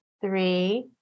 three